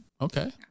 Okay